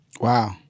Wow